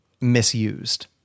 misused